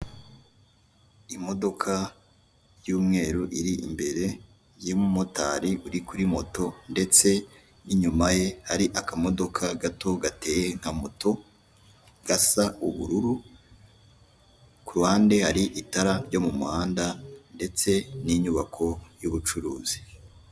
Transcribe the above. Imodoka y'umweru iri imbere y'umumotari uri kuri moto, ndetse n'inyuma ye hari akamodoka gato gateye nka moto gasa ubururu, kuruhande hari itara ryo mu muhanda, ndetse n'inyubako y'ubucuruzi.